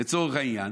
לצורך העניין,